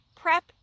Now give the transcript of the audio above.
prep